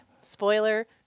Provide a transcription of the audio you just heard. spoiler